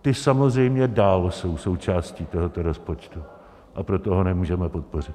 Ty samozřejmě dále jsou součástí tohoto rozpočtu, a proto ho nemůžeme podpořit.